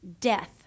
death